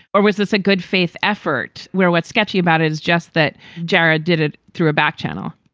or was this a good faith effort where what's scary about it is just that jared did it through a back channel?